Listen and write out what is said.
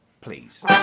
Please